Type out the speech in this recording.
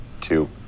Two